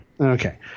Okay